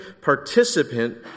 participant